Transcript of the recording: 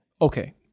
okay